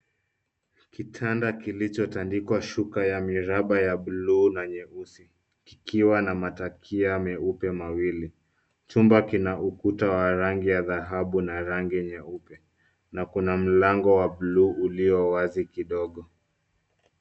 Kitanda kilichotandikwa shuka ya miraba ya blue na nyeusi kikiwa na matakia meupe mawili. Chuma kina ukuta wa rangi ya dhabau na rangi nyeupe na kuna mlango wa blue ulio wazi kidogo.